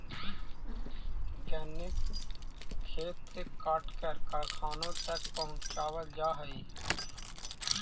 गन्ने को खेत से काटकर कारखानों तक पहुंचावल जा हई